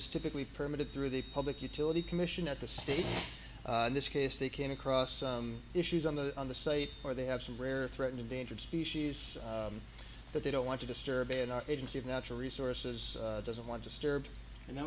is typically permitted through the public utility commission at the state in this case they came across some issues on the on the site where they have some rare threaten endangered species that they don't want to disturb an agency of natural resources doesn't want to